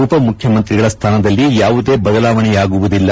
ಉಪ ಮುಖ್ಯಮಂತ್ರಿಗಳ ಸ್ವಾನದಲ್ಲಿ ಯಾವುದೇ ಬದಲಾವಣೆಯಾಗುವುದಿಲ್ಲ